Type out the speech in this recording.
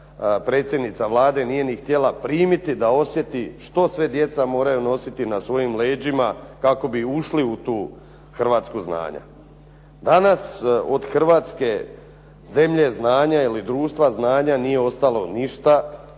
predsjednica Vlade nije ni htjela primiti da osjeti što sve djeca moraju nositi na svojim leđima kako bi ušli u tu Hrvatsku znanja. Danas od Hrvatske zemlje znanja ili društva znanja nije ostalo ništa